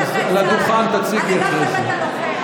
אז על הדוכן תציגי אחרי זה.